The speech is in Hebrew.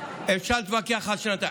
על שנתיים.